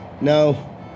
No